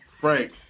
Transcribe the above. Frank